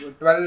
12